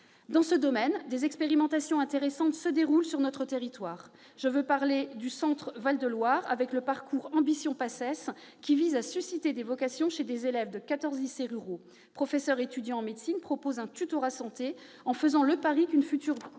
Dans ce domaine, des expérimentations intéressantes se déroulent sur notre territoire. Ainsi, dans le Centre-Val de Loire, le parcours « Ambition PACES » vise à susciter des vocations chez des élèves de quatorze lycées ruraux : professeurs et étudiants en médecine proposent un « tutorat santé », en faisant le pari qu'une partie